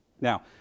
Now